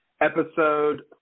Episode